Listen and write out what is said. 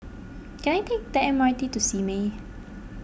can I take the M R T to Simei